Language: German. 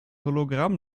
hologramm